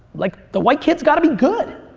like the white kid's got to be good.